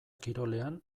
kirolean